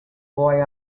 boy